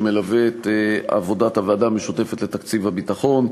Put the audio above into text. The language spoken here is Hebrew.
שמלווה את עבודת הוועדה המשותפת לתקציב הביטחון,